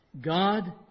God